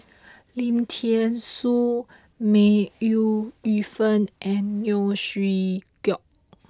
Lim Thean Soo May Ooi Yu Fen and Neo Chwee Kok